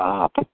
up